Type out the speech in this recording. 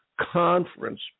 conference